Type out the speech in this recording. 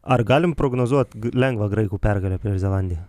ar galim prognozuot lengvą graikų pergalę prieš zelandiją